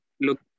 look